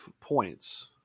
points